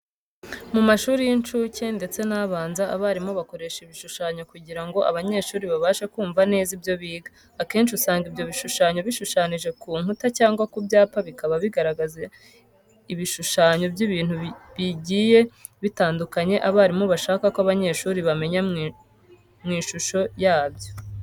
Mu mashuri y'incucye ndetse n'abanza abarimu bakoresha ibishushanyo kujyira ngo abanyeshuri babashe kumva neza ibyo biga .Akenci usanga ibyo bishushanyo bishushanyije ku nkuta cyangwa ku byapa bikaba bigaragaza ibishushanyo by'ibintu bijyiye bitandukanye abarimu bashaka ko abanyeshuri bamenya mu ishusho yabyo.